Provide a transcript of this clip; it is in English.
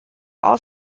all